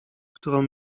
którą